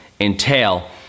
entail